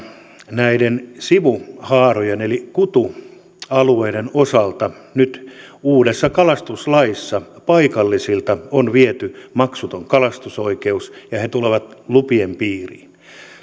näiden sivuhaarojen eli kutualueiden osalta nyt uudessa kalastuslaissa paikallisilta on viety maksuton kalastusoikeus ja he tulevat lupien piiriin